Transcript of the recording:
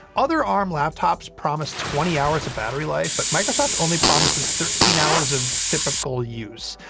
other arm laptops promise twenty hours of battery life, but microsoft only promises thirteen hours of typical use.